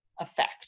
effect